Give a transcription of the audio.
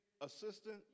assistant